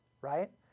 right